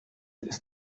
ist